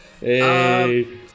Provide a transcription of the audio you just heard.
Hey